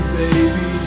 baby